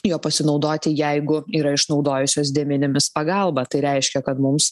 juo pasinaudoti jeigu yra išnaudojusios dėmenimis pagalbą tai reiškia kad mums